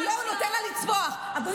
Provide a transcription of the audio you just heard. עכשיו תיתני לי לנהל את הישיבה, תודה.